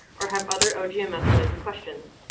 or have other ogms related questions,